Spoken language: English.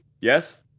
yes